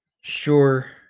Sure